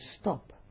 stop